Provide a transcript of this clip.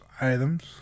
items